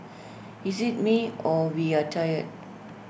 is IT me or we are tired